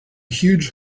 huge